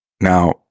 Now